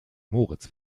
moritz